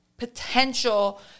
potential